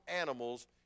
animals